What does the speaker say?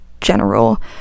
general